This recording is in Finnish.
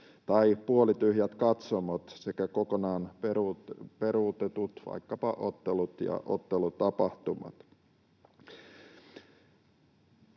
tai puolityhjät katsomot sekä kokonaan peruutetut vaikkapa ottelut ja ottelutapahtumat.